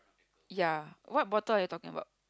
ya what bottle are you talking about